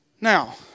Now